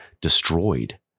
destroyed